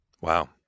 Wow